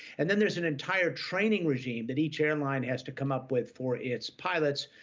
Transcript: and then there's an entire training regime that each airline has to come up with for its pilots,